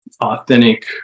authentic